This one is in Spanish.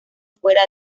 fuera